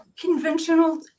conventional